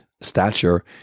stature